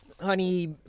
honey